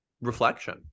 reflection